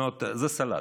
זאת אומרת, זה סלט.